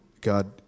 God